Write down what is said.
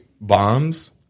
bombs